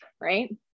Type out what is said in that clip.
right